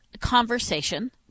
conversation